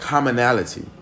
Commonality